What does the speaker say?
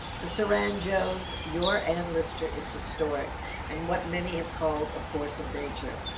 too saran jones, you're an lister is historic and what many have called a force of nature?